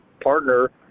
partner